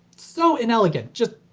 so inelegant. just,